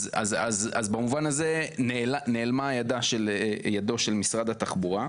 אז במובן הזה נעלמה ידו של משרד התחבורה.